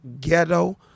ghetto